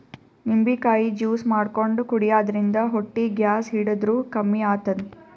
ನಿಂಬಿಕಾಯಿ ಜ್ಯೂಸ್ ಮಾಡ್ಕೊಂಡ್ ಕುಡ್ಯದ್ರಿನ್ದ ಹೊಟ್ಟಿ ಗ್ಯಾಸ್ ಹಿಡದ್ರ್ ಕಮ್ಮಿ ಆತದ್